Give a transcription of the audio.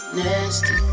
nasty